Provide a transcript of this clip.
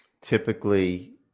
typically